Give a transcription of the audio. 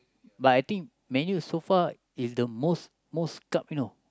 but I think man you so far is the most most cup you know